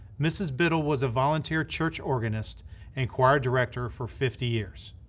mrs. biddle was a volunteer church organist and choir director for fifty years.